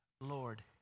Lord